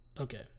Okay